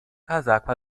casaco